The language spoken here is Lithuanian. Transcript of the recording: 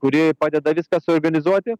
kuri padeda viską suorganizuoti